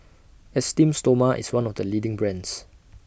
Esteem Stoma IS one of The leading brands